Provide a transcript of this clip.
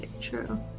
true